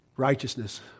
righteousness